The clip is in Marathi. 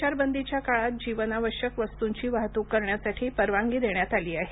संचारबंदीच्या काळात जीवनावश्यक वस्तुंची वाहतूककरण्यासाठी परवानगी देण्यात आली आहे